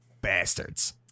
bastards